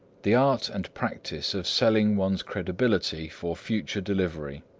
the art and practice of selling one's credibility for future delivery.